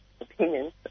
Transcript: opinions